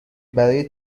برای